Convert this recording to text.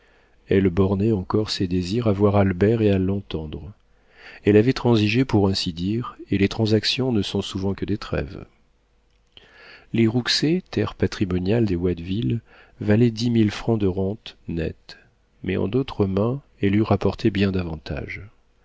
elle bornait encore ses désirs à voir albert et à l'entendre elle avait transigé pour ainsi dire et les transactions ne sont souvent que des trêves les rouxey terre patrimoniale des watteville valait dix mille francs de rente net mais en d'autres mains elle eût rapporté bien davantage